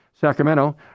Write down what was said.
Sacramento